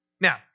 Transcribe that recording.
Now